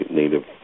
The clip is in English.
native